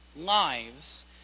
lives